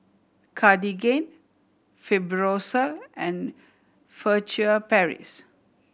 Cartigain Fibrosol and Furtere Paris